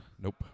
Nope